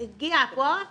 הגיע לפה,